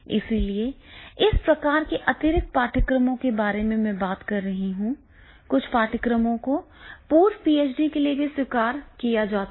इसलिए इस प्रकार के अतिरिक्त पाठ्यक्रमों के बारे में मैं बात कर रहा हूं कुछ पाठ्यक्रमों को पूर्व पीएचडी के लिए भी स्वीकार किया जाता है